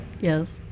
yes